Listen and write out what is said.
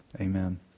Amen